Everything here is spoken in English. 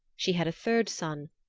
she had a third son,